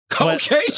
Okay